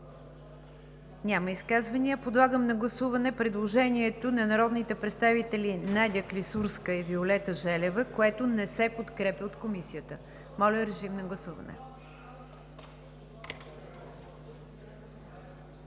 ли изказвания? Няма. Подлагам на гласуване предложението на народните представители Надя Клисурска и Виолета Желева, което не се подкрепя от Комисията. Гласували